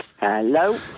Hello